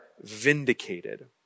vindicated